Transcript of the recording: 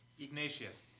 Ignatius